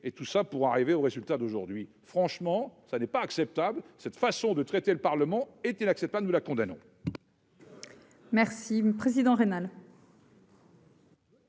et tout ça pour arriver au résultat d'aujourd'hui, franchement, ça n'est pas acceptable cette façon de traiter le Parlement était l'accepte pas nous la condamnons.